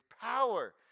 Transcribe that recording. power